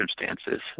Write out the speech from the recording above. circumstances